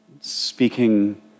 speaking